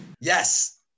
Yes